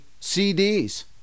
CDs